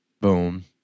Boom